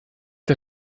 der